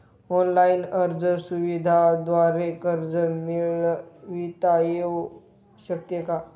Online अर्ज सुविधांद्वारे कर्ज मिळविता येऊ शकते का?